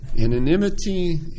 Anonymity